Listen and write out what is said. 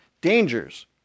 dangers